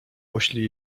poślij